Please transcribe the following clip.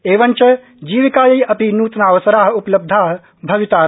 एवञ्च जीविकायै अपि नूतनावसरा उपलब्धा भवितार